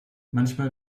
manchmal